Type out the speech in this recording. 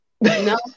No